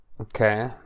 okay